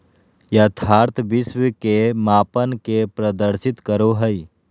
यथार्थ विश्व के मापन के प्रदर्शित करो हइ